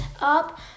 up